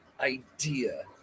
idea